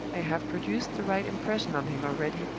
i have produced the right impression on him already,